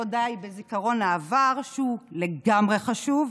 לא די בזיכרון העבר, שהוא לגמרי חשוב,